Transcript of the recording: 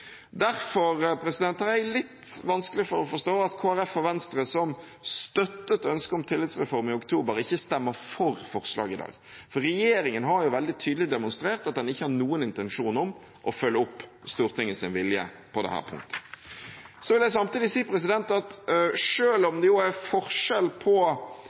Derfor har jeg litt vanskelig for å forstå at Kristelig Folkeparti og Venstre, som støttet ønsket om tillitsreform i oktober, ikke stemmer for forslaget i dag, for regjeringen har jo veldig tydelig demonstrert at de ikke har noen intensjon om å følge opp Stortingets vilje på dette punktet. Så vil jeg samtidig si at selv om det er forskjell på